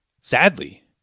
Sadly